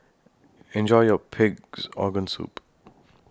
Enjoy your Pig'S Organ Soup